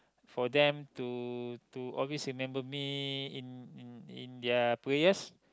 for them to to always remember me in in in their prayers